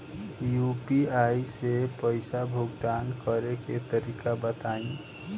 UPI से पईसा भुगतान करे के तरीका बताई?